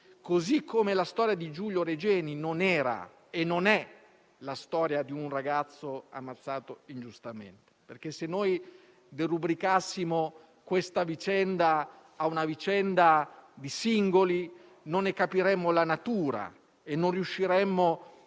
così come la storia di Giulio Regeni non era e non è quella di un ragazzo ammazzato ingiustamente. Se la derubricassimo a una vicenda di singoli, non ne capiremmo la natura e non riusciremmo